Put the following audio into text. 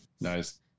Nice